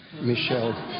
Michelle